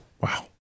Wow